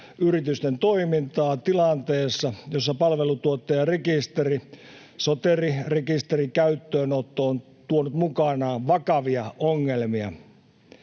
yritysten toimintaa tilanteessa, jossa palveluntuottajarekisterin, Soteri-rekisterin, käyttöönotto on tuonut mukanaan vakavia ongelmia.